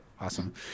awesome